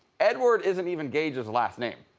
edward isn't even gage's last name.